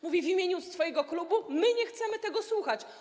Mówi w imieniu swojego klubu: my nie chcemy tego słuchać.